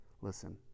listen